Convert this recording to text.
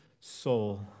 soul